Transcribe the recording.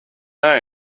name